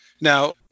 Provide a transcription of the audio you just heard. Now